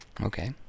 Okay